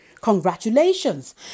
Congratulations